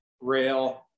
rail